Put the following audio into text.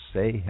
Say